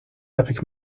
epic